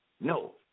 No